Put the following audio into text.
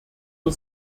zur